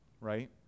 right